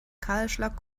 kahlschlag